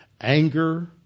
Anger